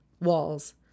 walls